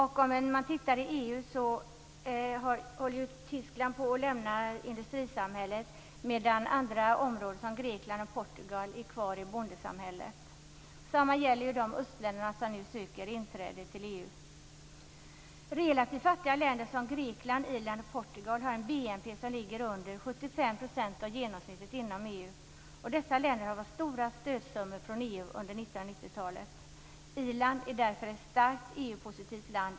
Tyskland håller på att lämna industrisamhället, medan andra områden, t.ex. Grekland och Portugal är kvar i bondesamhället. Detsamma gäller de östländer som nu söker inträde till EU. Relativt fattiga länder som Grekland, Irland och Portugal har en BNP som ligger under 75 % av genomsnittet inom EU. Dessa länder har fått stora stödsummor från EU under 1990-talet. Irland är av den anledningen ett starkt EU-positivt land.